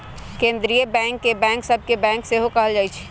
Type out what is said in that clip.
केंद्रीय बैंक के बैंक सभ के बैंक सेहो कहल जाइ छइ